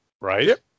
Right